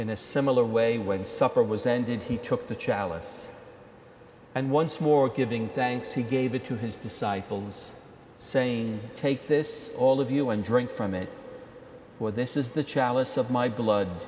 in a similar way when suffer was ended he took the chalice and once more giving thanks he gave it to his disciples saying take this all of you and drink from it for this is the chalice of my blood